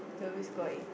we always go out eat